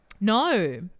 No